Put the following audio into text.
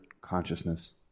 consciousness